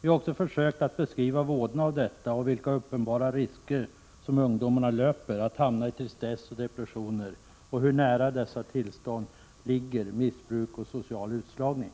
Vi har också försökt att beskriva vådorna av detta och vilka uppenbara risker som ungdomarna löper att hamna i tristess och depressioner samt hur nära dessa tillstånd ligger missbruk och social utslagning.